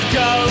go